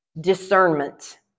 Discernment